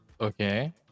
Okay